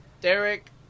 Derek